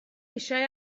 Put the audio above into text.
eisiau